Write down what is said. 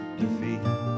defeat